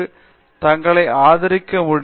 நிர்மலா அவர்கள் தங்களை ஆதரிக்க முடியும்